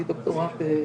אם